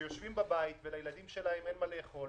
שיושבים בבית ולילדים שלהם אין מה לאכול,